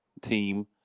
team